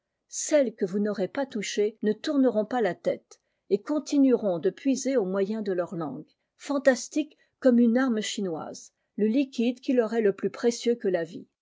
celles çue vous n'aurez pas touchées ne tourneront la tète et continueront de puiser au moyen eur langue fantastique comme une arme loise le liquide qui leur est plus précieux ho la vie